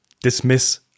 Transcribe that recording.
dismiss